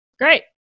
Great